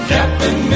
Captain